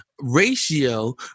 ratio